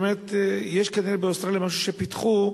באמת יש כנראה באוסטרליה משהו שפיתחו,